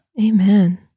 Amen